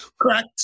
Correct